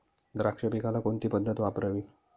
द्राक्ष पिकाला कोणती पद्धत वापरावी?